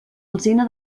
alzina